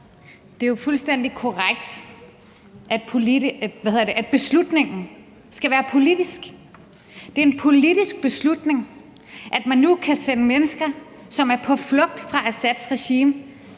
Det er jo fuldstændig korrekt, at beslutningen skal være politisk. Det er en politisk beslutning, at man nu kan sende mennesker, som er på flugt fra Assads regime,